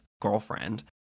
girlfriend